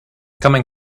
coming